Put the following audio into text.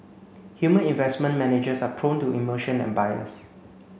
human investment managers are prone to emotion and bias